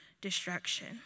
destruction